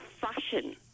fashion